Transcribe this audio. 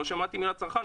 לא שמעתי מהצרכן,